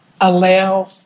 Allow